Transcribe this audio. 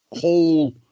whole